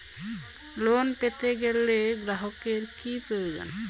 Loan পেতে গেলে গ্রাহকের কি প্রয়োজন?